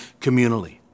communally